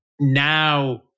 now